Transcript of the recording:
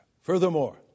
Furthermore